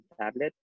tablet